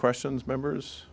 questions members